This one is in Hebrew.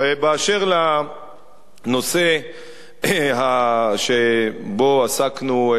ובאשר לנושא שבו עסקנו,